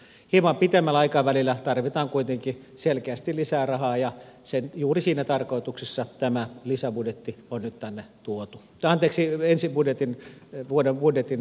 hieman pitemmällä aikavälillä tarvitaan kuitenkin selkeästi lisää rahaa ja juuri siinä tarkoituksessa tämä ensi vuoden budjetin täydentävä esitys on nyt tänne tuotu tarpeeksi vesi budjetin ja vuoden budjetin